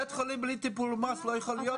בית חולים בלי טיפול נמרץ לא יכול להיות,